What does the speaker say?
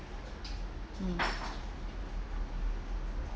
mm